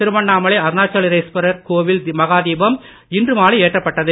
திருவண்ணாமலை அருணாச்சலேஸ்வரர் கோவில் மகாதீபம் இன்று மாலை ஏற்றப்பட்டது